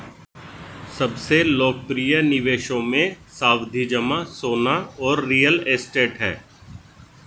सबसे लोकप्रिय निवेशों मे, सावधि जमा, सोना और रियल एस्टेट है